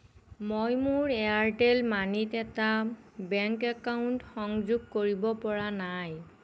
মই মোৰ এয়াৰটেল মানিত এটা বেংক একাউণ্ট সংযোগ কৰিব পৰা নাই